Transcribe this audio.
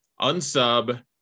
unsub